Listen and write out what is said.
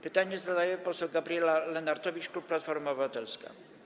Pytanie zadaje poseł Gabriela Lenartowicz, klub Platforma Obywatelska.